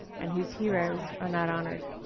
and whose heroes are not honored.